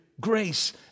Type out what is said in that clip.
grace